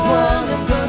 one